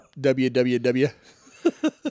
www